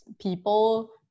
people